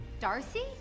Darcy